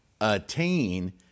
attain